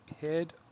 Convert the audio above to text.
head